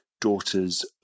daughter's